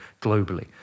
globally